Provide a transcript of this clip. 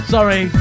Sorry